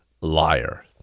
liar